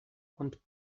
und